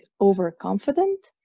overconfident